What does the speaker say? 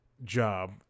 Job